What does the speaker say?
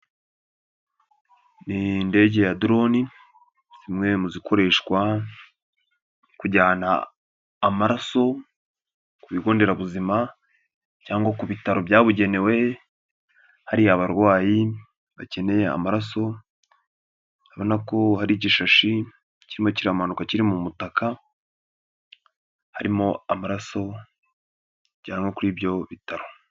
Ni indege ya Droni zimwe mu zikoreshwa kujyana amaraso ku bigo nderabuzima cyangwa ku bitaro byabugenewe. Hari abarwayi bakeneye amaraso, ubona ko hari igishashi kirimo kiramanuka kiri mu mutaka. Harimo amaraso ajyanwa kuri ibyo bitaro.